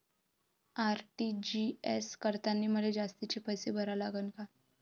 RTGS करतांनी मले जास्तीचे पैसे भरा लागन का?